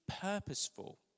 purposeful